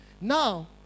Now